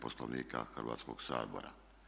Poslovnika Hrvatskog sabora.